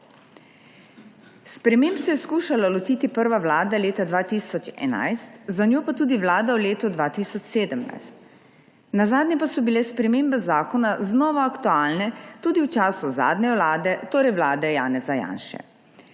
Sprememb se je skušala lotiti prva vlada leta 2011, za njo pa tudi vlada v letu 2017, nazadnje pa so bile spremembe zakona znova aktualne tudi v času zadnje vlade, torej vlade Janeza Janše.